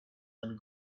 and